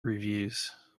reviews